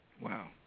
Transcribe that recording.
Wow